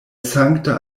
sankta